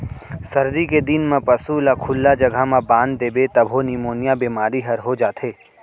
सरदी के दिन म पसू ल खुल्ला जघा म बांध देबे तभो निमोनिया बेमारी हर हो जाथे